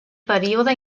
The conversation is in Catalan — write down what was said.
període